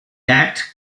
act